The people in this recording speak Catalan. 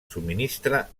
subministra